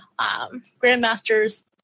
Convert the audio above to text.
Grandmaster's